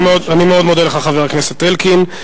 אני מאוד מודה לך, חבר הכנסת אלקין.